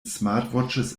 smartwatches